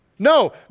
No